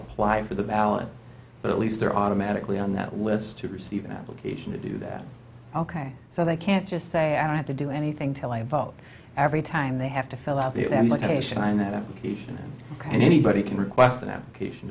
apply for the ballot but at least they're automatically on that list to receive an application to do that ok so they can't just say i don't have to do anything till i vote every time they have to fill out the examination and that application and anybody can request an application